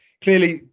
clearly